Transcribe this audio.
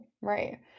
right